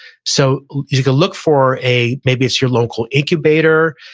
so you can look for a, maybe it's your local incubator,